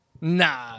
Nah